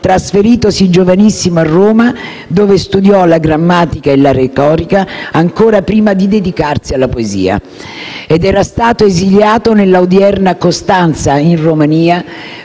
trasferitosi giovanissimo a Roma, dove studiò la grammatica e la retorica, ancor prima di dedicarsi alla poesia. Era stato esiliato nella odierna Costanza, in Romania,